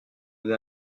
nous